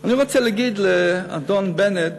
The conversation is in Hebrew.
אני רוצה להגיד לאדון בנט,